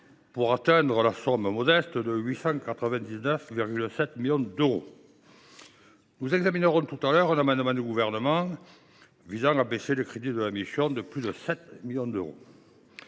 pour atteindre la somme modeste de 899,7 millions d’euros. Nous examinerons tout à l’heure un amendement du Gouvernement visant à baisser ces crédits de plus de 7 millions d’euros.